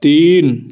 तीन